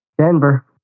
Denver